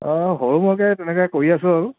অঁ সৰু সুৰাকৈ তেনেকৈ কৰি আছোঁ আৰু